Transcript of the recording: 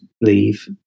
Leave